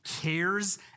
cares